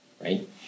Right